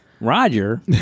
Roger